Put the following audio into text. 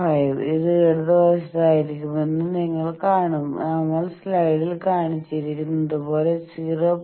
5 ഇത് ഇടതുവശത്തായിരിക്കുമെന്ന് നിങ്ങൾ കാണും നമ്മൾ സ്ലൈഡിൽ കാണിച്ചിരിക്കുന്നതുപോലെ 0